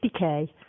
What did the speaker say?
50K